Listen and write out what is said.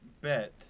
bet